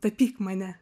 tapyk mane